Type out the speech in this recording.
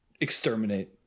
exterminate